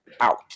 out